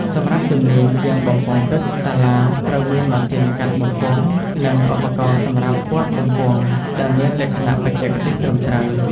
សម្រាប់ជំនាញ ជាងបំពង់ទឹក សាលាត្រូវមាន ម៉ាស៊ីនកាត់បំពង់ និង ឧបករណ៍សម្រាប់ពត់បំពង់ ដែលមានលក្ខណៈបច្ចេកទេសត្រឹមត្រូវ។